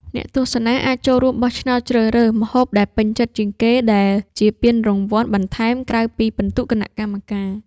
អ្នកទស្សនាអាចចូលរួមបោះឆ្នោតជ្រើសរើស ម្ហូបដែលពេញចិត្តជាងគេ ដែលជាពានរង្វាន់បន្ថែមក្រៅពីពិន្ទុគណៈកម្មការ។